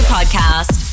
Podcast